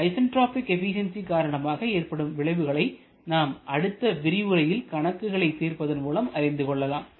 isentropic efficiency காரணமாக ஏற்படும் விளைவுகளை நாம் அடுத்த விரிவுரையில் கணக்குகளை தீர்ப்பதன் மூலம் அறிந்து கொள்ளலாம்